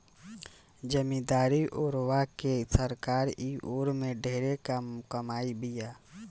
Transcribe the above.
जमीदारी ओरवा के सरकार इ ओर में ढेरे काम कईले बिया